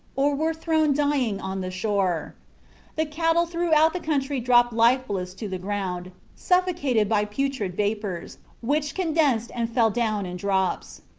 or were thrown dying on the shore the cattle throughout the country dropped lifeless to the ground, suffocated by putrid vapors, which condensed and fell down in drops.